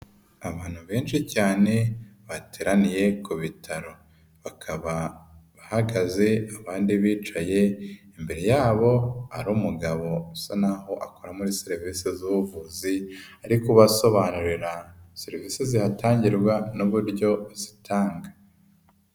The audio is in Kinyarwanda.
Abantu benshi cyane bateraniye ku bitaro, bakaba bahagaze, abandi bicaye imbere yabo hari umugabo usa n'aho akora muri serivisi z'ubuvuzi, ari kubasobanurira serivisi zihatangirwa n'uburyo zitanga.